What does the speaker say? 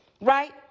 right